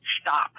stop